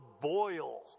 boil